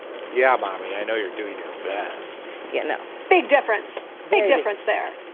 yeah. mommy, i know you're doing your best yet no big difference. big difference there.